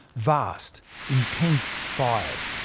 vast intense fires,